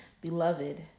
Beloved